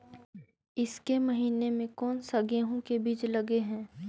ईसके महीने मे कोन सा गेहूं के बीज लगे है?